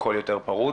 והכול יותר פרוץ.